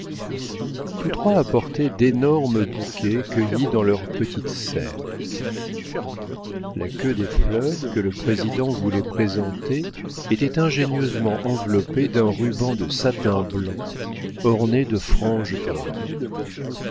tous trois apportaient d'énormes bouquets cueillis dans leurs petites serres la queue des fleurs que le président voulait présenter était ingénieusement enveloppée d'un ruban de satin blanc orné de franges d'or